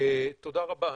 תודה רבה.